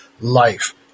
life